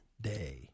day